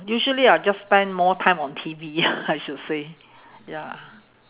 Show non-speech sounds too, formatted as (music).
usually I'll just spend more time on T_V (laughs) I should say ya